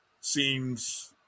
seems